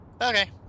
Okay